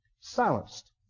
Silenced